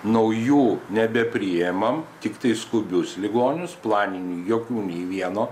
naujų nebepriemam tiktai skubius ligonius planinių jokių nei vieno